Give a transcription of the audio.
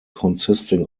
consisting